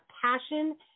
passion